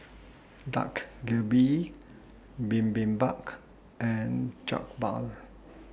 Dak Galbi Bibimbap and Jokbal